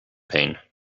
pain